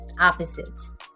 opposites